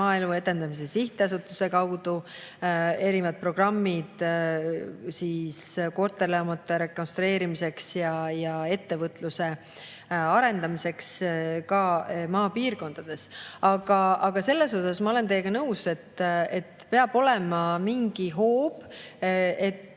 Maaelu Edendamise Sihtasutuse kaudu erinevad programmid korterelamute rekonstrueerimiseks ja ettevõtluse arendamiseks ka maapiirkondades. Aga selles osas ma olen teiega nõus, et peab olema mingi hoob, et